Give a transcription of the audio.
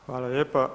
Hvala lijepa.